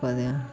कनि